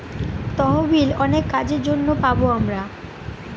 তহবিল অনেক কাজের জন্য পাবো আমরা